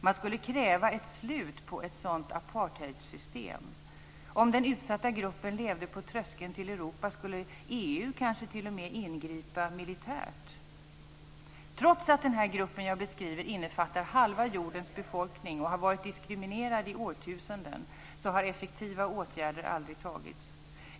Man skulle kräva ett slut på ett sådant apartheidsystem. Om den utsatta gruppen levde på tröskeln till Europa skulle EU kanske t.o.m. ingripa militärt. Trots att den här gruppen innefattar halva jordens befolkning och har varit diskriminerad i årtusenden har effektiva åtgärder aldrig vidtagits.